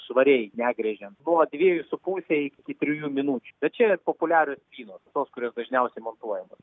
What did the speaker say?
švariai negręžiant nuo dviejų su puse iki trijų minučių bet čia populiarios spynos tos kurios dažniausiai montuojamos